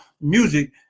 music